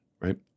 right